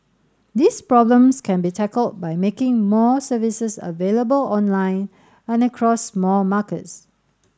these problems can be tackled by making more services available online and across more markets